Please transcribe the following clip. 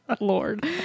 lord